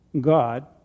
God